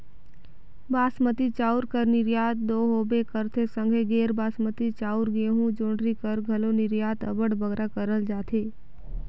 बासमती चाँउर कर निरयात दो होबे करथे संघे गैर बासमती चाउर, गहूँ, जोंढरी कर घलो निरयात अब्बड़ बगरा करल जाथे